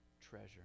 treasure